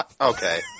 Okay